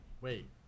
Wait